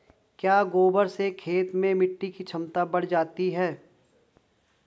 क्या गोबर से खेत में मिटी की क्षमता बढ़ जाती है?